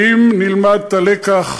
האם נלמד את הלקח?